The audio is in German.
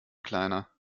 kleiner